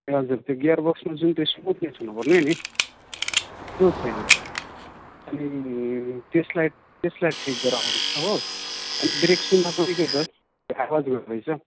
हजुर त्यो गियर बक्समा जुन त्यो स्मुथनेस हुनुपर्ने नि त्यो छैन अनि त्यसलाई त्यसलाई ठिक गराउनु छ हो अनि ब्रेक सुमा कुन्नि के छ आवाज गर्दैछ